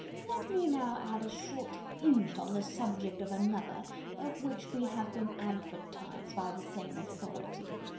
let me now add a short hint on the subject of another of which we have been advertised by the same authority.